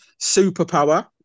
Superpower